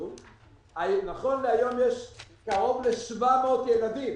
נכון להיום יש קרוב ל-700 ילדים.